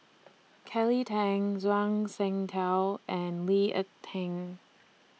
Kelly Tang Zhuang Shengtao and Lee Ek Tieng